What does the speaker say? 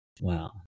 Wow